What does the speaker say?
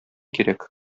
кирәк